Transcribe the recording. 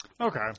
Okay